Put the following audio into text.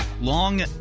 long